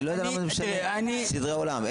אני לא יודע מה זה משנה סדרי עולם.